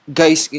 guys